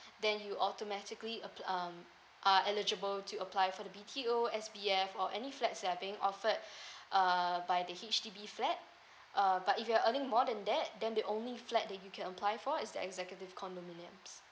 then you automatically a~ um are eligible to apply for the B_T_O S_B_F or any flats that are being offered err by the H_D_B flat uh but if you are earning more than that then the only flat you can apply for is the executive condominiums